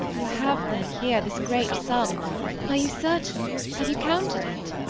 you have then here this great sum are you certain have you counted it?